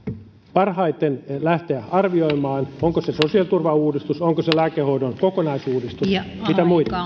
parhaiten lähteä arvioimaan onko se sosiaaliturvauudistus onko se lääkehoidon kokonaisuudistus mitä muita